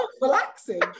relaxing